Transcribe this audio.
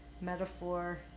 metaphor